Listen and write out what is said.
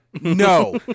No